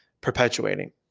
perpetuating